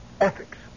ethics